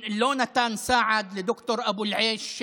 לא נתן סעד לד"ר אבו אל-עייש,